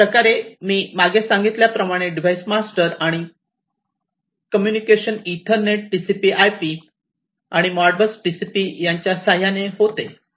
अशाप्रकारे मी मागे सांगितल्याप्रमाणे डिवाइस मास्टर आणि कम्युनिकेशन ईथरनेट TCPIP आणि मॉडबस TCP यांच्या साह्याने होते